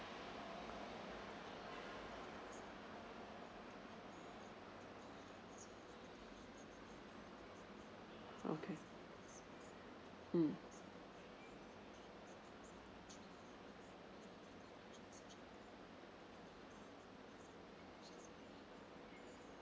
okay mm